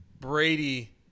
Brady